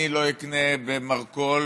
אני לא אקנה במרכול,